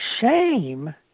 shame